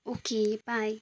okay by